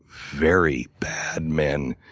very bad men